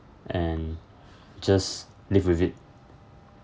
and just live with it